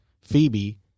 Phoebe